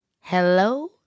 hello